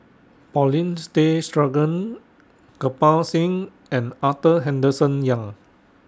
Paulin Tay Straughan Kirpal Singh and Arthur Henderson Young